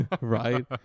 Right